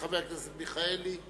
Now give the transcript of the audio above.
חבר הכנסת מיכאלי.